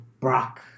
Brock